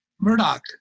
Murdoch